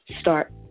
start